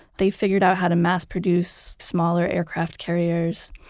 they figured out how to mass-produce smaller aircraft carriers,